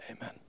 Amen